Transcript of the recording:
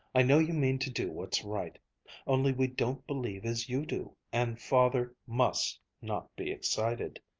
i know you mean to do what's right only we don't believe as you do, and father must not be excited!